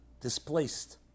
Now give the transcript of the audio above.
displaced